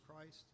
Christ